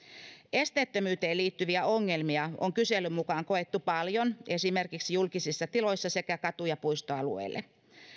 esteettömyyteen liittyviä ongelmia on kyselyn mukaan koettu paljon esimerkiksi julkisissa tiloissa sekä katu ja puistoalueilla